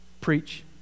Preach